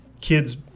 kids